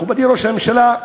מכובדי ראש הממשלה,